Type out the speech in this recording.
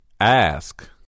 Ask